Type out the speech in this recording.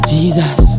Jesus